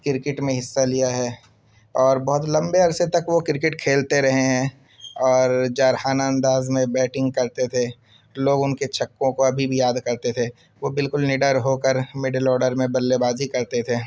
cricket میں حصہ لیا ہے اور بہت لمبے عرصے تک وہ کرکٹ کھیلتے رہے ہیں اور جارحانہ انداز میں بیٹنگ کرتے تھے لوگ ان کے چھکوں کو ابھی بھی یاد کرتے تھے وہ بالکل نڈر ہو کر مڈل آڈر میں بلّے بازی کرتے تھے